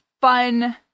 fun